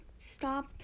Stop